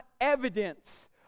evidence